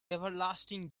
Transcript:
everlasting